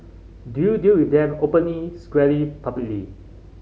do you deal with them openly squarely publicly